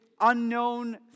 unknown